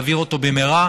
להעביר אותו במהרה,